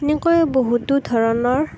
এনেকৈ বহুতো ধৰণৰ